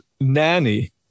nanny